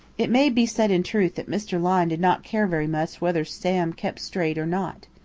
it may be said in truth that mr. lyne did not care very much whether sam kept straight or not.